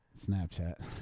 Snapchat